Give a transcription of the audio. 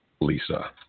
Lisa